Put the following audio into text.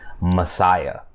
Messiah